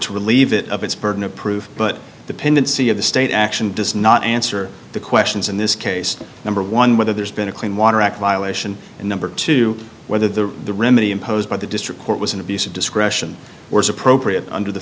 to relieve it of its burden of proof but the pendency of the state action does not answer the questions in this case number one whether there's been a clean water act violation in number two whether the the remedy imposed by the district court was an abuse of discretion or is appropriate under the